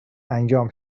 انجام